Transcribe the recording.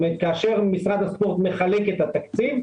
כאשר משרד הספורט מחלק את התקציב,